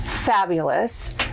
fabulous